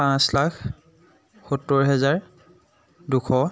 পাঁচ লাখ সত্তৰ হাজাৰ দুশ